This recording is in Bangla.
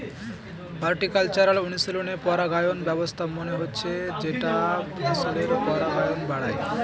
হর্টিকালচারাল অনুশীলনে পরাগায়ন ব্যবস্থা মানে হচ্ছে যেটা ফসলের পরাগায়ন বাড়ায়